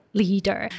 leader